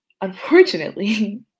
unfortunately